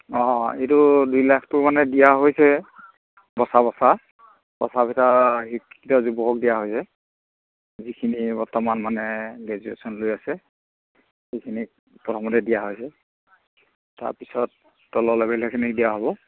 অঁ এইটো দুই লাখটো মানে দিয়া হৈছে বচা বচা বচা পিচা শিক্ষিত যুৱকক দিয়া হৈছে যিখিনি বৰ্তমান মানে গ্ৰেজুৱেশ্যন লৈ আছে সেইখিনিক প্ৰথমতে দিয়া হৈছে তাৰপিছত তলৰ লেভেলৰখিনিক দিয়া হ'ব